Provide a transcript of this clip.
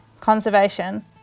conservation